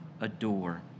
adore